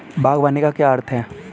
बागवानी का क्या अर्थ है?